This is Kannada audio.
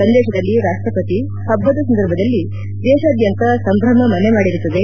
ಸಂದೇಶದಲ್ಲಿ ರಾಷ್ಟಪತಿ ಹಬ್ಬದ ಸಂದರ್ಭದಲ್ಲಿ ದೇಶಾದ್ಯಂತ ಸಂಭ್ರಮ ಮನೆ ಮಾಡಿರುತ್ತದೆ